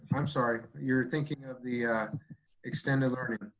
i'm sorry. you're thinking of the extended learning.